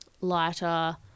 lighter